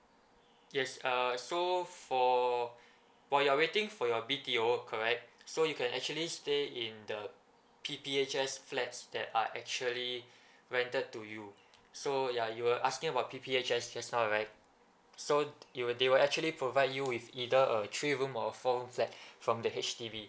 yes uh so for while you're waiting for your B_T_O correct so you can actually stay in the P_P_H_S flats that are actually rented to you so ya you were asking about P_P_H_S just now right so you will they will actually provide you with either a three room or four room flat from the H_D_B